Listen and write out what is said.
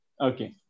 Okay